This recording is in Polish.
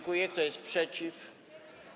Kto jest przeciw?